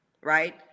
right